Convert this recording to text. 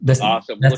Awesome